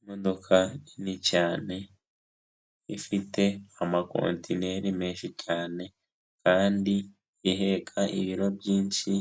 Imodoka nini cyane ifite amakontineri menshi cyane kandi iheka ibiro byinshi,